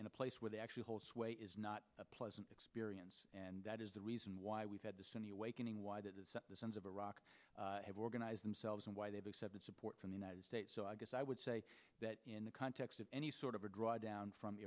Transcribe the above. in a place where they actually hold sway is not a pleasant experience and that is the reason why we've had the sunni awakening why that is the sons of iraq have organized themselves and why they've accepted support from the united states so i guess i would say that in the context of any sort of a drawdown from